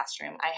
classroom